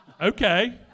Okay